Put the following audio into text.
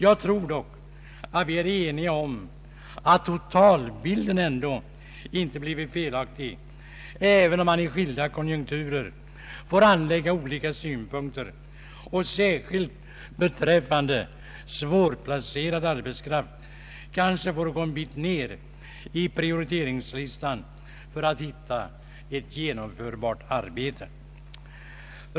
Jag tror dock att vi är eniga om att totalbilden ändå inte blivit felaktig, även om man i skilda konjunkturer får anlägga olika synpunkter och särskilt beträffande svårplacerad arbetskraft kanske får gå en bit ner i prioriteringslistan för att hitta ett genomförbart arbete.